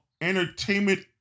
entertainment